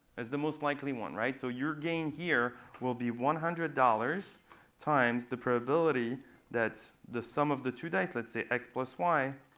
the most likely one, right? so your gain here will be one hundred dollars times the probability that the sum of the two dice, let's say x plus y,